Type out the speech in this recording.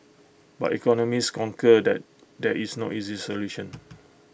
but economists concur that there is no easy solution